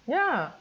ya